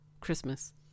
Christmas